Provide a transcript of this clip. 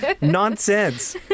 Nonsense